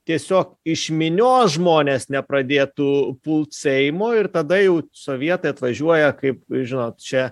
tiesiog iš minios žmonės nepradėtų pult seimo ir tada jau sovietai atvažiuoja kaip žinot čia